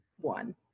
one